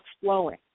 flowing